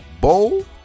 bowl